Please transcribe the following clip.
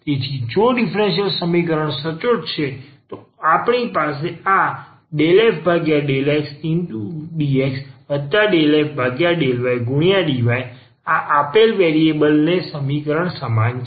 તેથી જો ડીફરન્સીયલ સમીકરણ સચોટ છે તો આપણી પાસે આ ∂f∂xdx∂f∂ydy આ આપેલ વેરિએબલ ન સમીકરણ સમાન છે